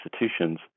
institutions